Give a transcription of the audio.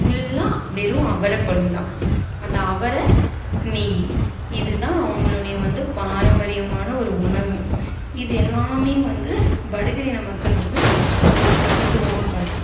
ஃபுல்லாக வெறும் அவரை குழம்பு தான் அந்த அவரை நெய் இது தான் அவங்களுடைய வந்து பாரம்பரியமான ஒரு உணவும் இது எல்லாம் வந்து படுகர் இனம் மக்களை வந்து நம்மக்கு ஒரு தனித்துவமாக காட்டும்